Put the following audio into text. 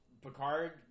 Picard